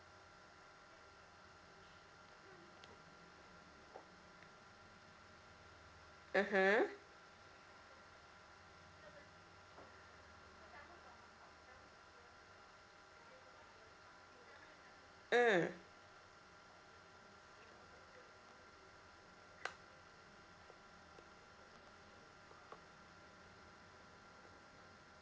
mmhmm mm